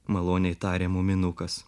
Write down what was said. maloniai tarė muminukas